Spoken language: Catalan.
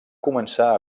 començar